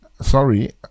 sorry